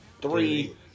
three